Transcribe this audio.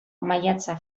maiatza